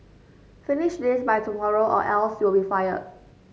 finish this by tomorrow or else you'll be fired